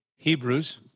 Hebrews